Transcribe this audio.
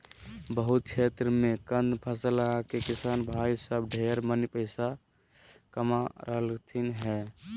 बहुत क्षेत्र मे कंद फसल लगाके किसान भाई सब ढेर मनी पैसा कमा रहलथिन हें